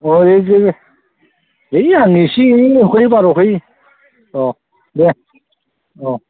दे औ दे ऐ आं एसे एनैखौलाय बारा हरखायो अ दे अ